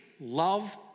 Love